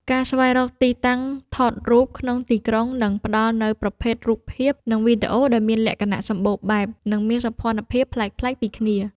ការស្វែងរកទីតាំងថតរូបក្នុងទីក្រុង នឹងផ្ដល់នូវប្រភេទរូបភាព និងវីដេអូដែលមានលក្ខណៈសម្បូរបែប និងមានសោភ័ណភាពប្លែកៗពីគ្នា។